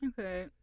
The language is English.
Okay